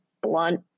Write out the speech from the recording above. Blunt